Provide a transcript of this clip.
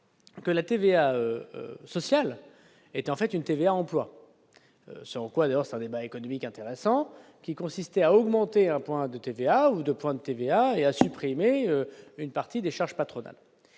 que la TVA sociale est en fait une TVA emploi sans quoi leur c'est débat économique intéressant qui consistait à augmenter un point de TVA ou 2 points de TVA et à supprimer une partie des charges patronales